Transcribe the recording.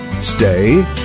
Stay